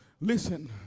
listen